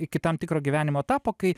iki tam tikro gyvenimo etapo kai